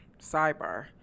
sidebar